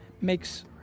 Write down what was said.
makes